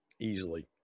Easily